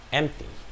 empty